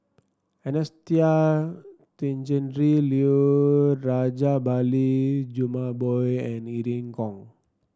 Anastasia Tjendri Liew Rajabali Jumabhoy and Irene Khong